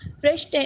fresh